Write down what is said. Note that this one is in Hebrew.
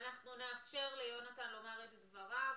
אנחנו נאפשר ליונתן לומר את דברו.